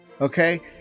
Okay